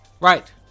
Right